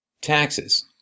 taxes